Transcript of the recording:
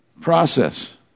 process